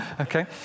Okay